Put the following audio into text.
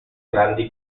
grandi